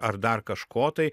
ar dar kažko tai